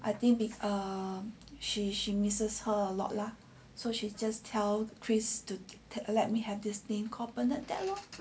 I think because err she misses her a lot lah so she's just tell chris to uh let me have this name called bernadette lor